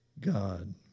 God